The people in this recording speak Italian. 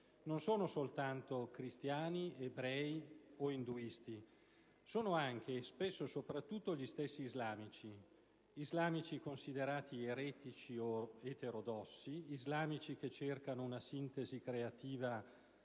non sono soltanto cristiani, ebrei o induisti; sono anche, e spesso soprattutto, gli stessi islamici: islamici considerati "eretici" o "eterodossi"; islamici che cercano una sintesi creativa